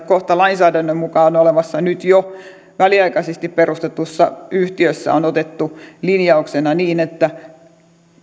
kohta lainsäädännön mukaan olevassa nyt jo väliaikaisesti perustetussa yhtiössä on otettu linjaus niin että